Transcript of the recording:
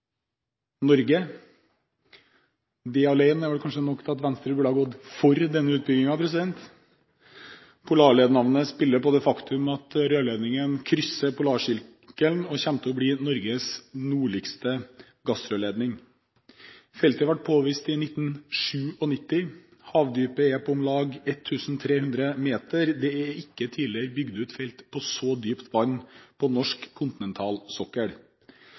Norge. Det alene er vel kanskje nok til at Venstre burde ha gått for denne utbyggingen. Polarled-navnet spiller på det faktum at rørledningen krysser Polarsirkelen, og kommer til å bli Norges nordligste gassrørledning. Feltet ble påvist i 1997. Havdypet er på om lag 1 300 meter. Det er ikke tidligere bygget ut felt på så dypt vann på norsk